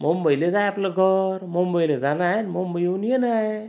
मुंबईलाच आहे आपलं घर मुंबईला जाणं आहे न मुंबईहून येणं आहे